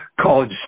college